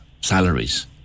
salaries